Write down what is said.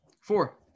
Four